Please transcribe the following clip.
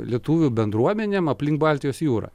lietuvių bendruomenėm aplink baltijos jūrą